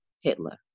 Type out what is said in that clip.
Hitler